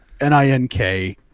N-I-N-K